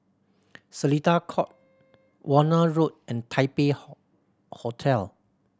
Seletar Court Warna Road and Taipei Hotel